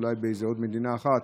אולי בעוד איזו מדינה אחת.